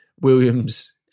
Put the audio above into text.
Williams